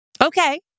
Okay